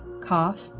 cough